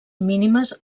mínimes